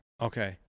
okay